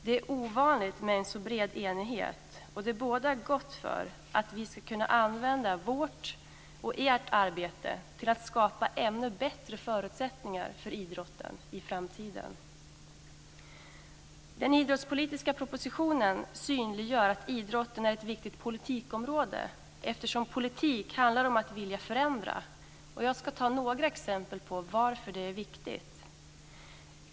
Det är ovanligt med en så bred enighet, och det bådar gott för att vi ska kunna använda vårt och ert arbete till att skapa ännu bättre förutsättningar för idrotten i framtiden. Den idrottspolitiska propositionen synliggör att idrotten är ett viktigt politikområde, eftersom politik handlar om att vilja förändra. Jag ska ta några exempel på varför den är viktig: ?